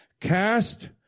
Cast